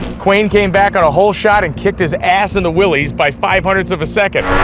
quain came back on a hole shot and kicked his ass in the willys by five hundredths of a second.